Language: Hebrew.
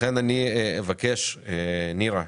לכן אני אבקש, נירה,